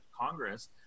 Congress